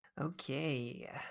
Okay